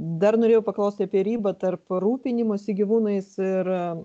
dar norėjau paklausti apie ribą tarp rūpinimosi gyvūnais ir